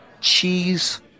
Cheese